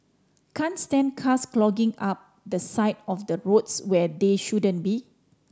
can't stand cars clogging up the side of the roads where they shouldn't be